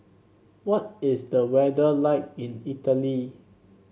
what is the weather like in Italy